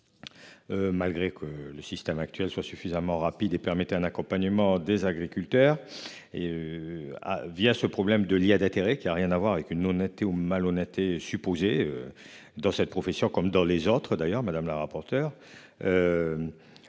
Malgré que le système actuel soit suffisamment rapide et permettez un accompagnement des agriculteurs et. À via ce problème de l'Iliade atterré qui a rien à voir avec une honnêteté ou malhonnêteté supposée. Dans cette profession comme dans les autres d'ailleurs Madame la rapporteure.